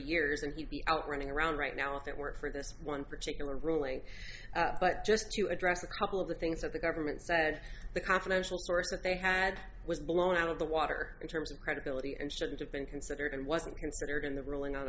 years and he out running around right now if it weren't for this one particular ruling but just to address a couple of the things that the government said the confidential source that they had was blown out of the water in terms of credibility and shouldn't have been considered and wasn't considered in the ruling on